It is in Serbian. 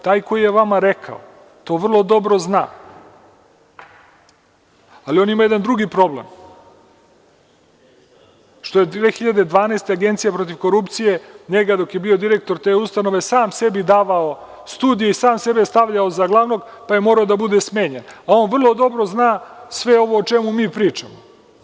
Taj koji je vama rekao to vrlo dobro zna, ali on ima jedan drugi problem što je 2012. godine, Agencija protiv korupcije, njega dok je bio direktor te ustanove sam sebi davao studije i sam sebe stavljao za glavnog, pa je morao da bude smenjen, a on vrlo dobro zna sve o čemu mi pričamo.